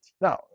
Now